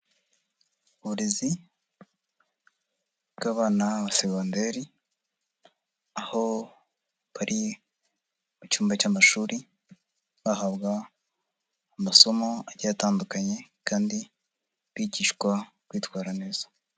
Uburezi bw'abana segonderi aho bari mu cyumba cy'amashuri bahabwa amasomo agiye atandukanye kandi bigishwa kwitwara neza.